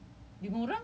tapi lima orang apa